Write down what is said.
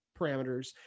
parameters